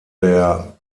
der